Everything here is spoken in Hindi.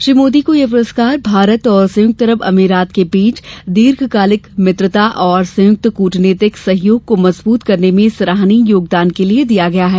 श्री मोदी को यह पुरस्कार भारत और संयुक्त अरब अमीरात के बीच दीर्घकालिक मित्रता तथा संयुक्त कूटनीतिक सहयोग को मजबूत करने में सराहनीय योगदान के लिए दिया गया है